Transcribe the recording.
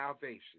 salvation